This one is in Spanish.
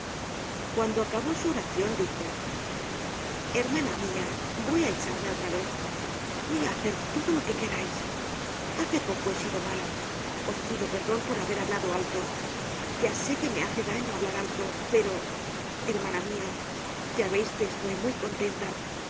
cuando acabó su oracion dijo hermana mia voy á echarme otra vez voy á hacer todo lo que querais hace poco he sido mala os pido perdon por haber hablado alto ya sé que me hace daño hablar alto pero hermana mia ya veis que estoy muy contenta